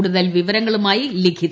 കൂടുതൽ വിവരങ്ങളുമായി ലിഖിത